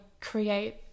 create